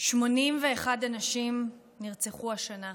81 אנשים נרצחו השנה,